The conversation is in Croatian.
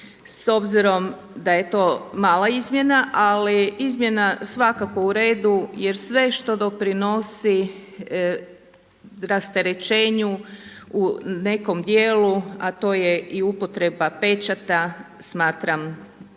s obzirom da je to mala izmjena, ali izmjena svakako uredu jer sve što doprinosi rasterećenju u nekom dijelu, a to je i upotreba pečata smatram da